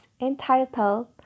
entitled